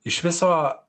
iš viso